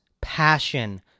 passion